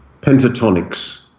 Pentatonics